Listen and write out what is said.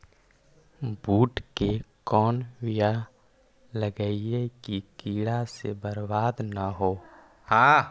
बुंट के कौन बियाह लगइयै कि कीड़ा से बरबाद न हो?